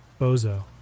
Bozo